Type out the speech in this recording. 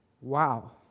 Wow